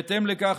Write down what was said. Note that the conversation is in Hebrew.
בהתאם לכך,